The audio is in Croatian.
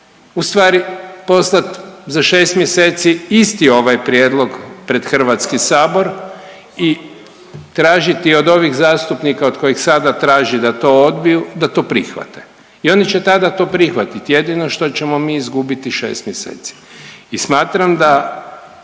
ustvari postat za šest mjeseci isti ovaj prijedlog pred HS i tražiti od ovih zastupnika od kojih sada traži da to odbiju da to prihvate. I oni će to tada prihvatit, jedino što ćemo mi izgubiti šest mjeseci.